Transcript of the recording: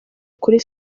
kuri